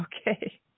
Okay